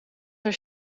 haar